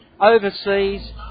overseas